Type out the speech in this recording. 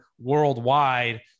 worldwide